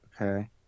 Okay